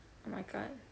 oh my god